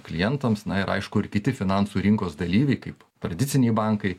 klientams na ir aišku ir kiti finansų rinkos dalyviai kaip tradiciniai bankai